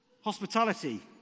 Hospitality